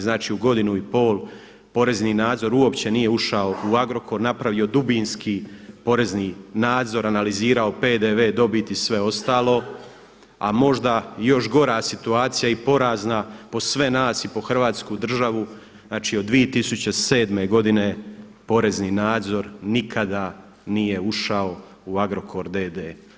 Znači u godinu i pol porezni nadzor uopće nije ušao u Agrokor, napravio dubinski porezni nadzor, analizirao PDV, dobit i sve ostalo, a možda i još gora situacija i porazna po sve nas i po Hrvatsku državu znači od 2007. godine porezni nadzor nikada nije ušao u Agrokor d.d.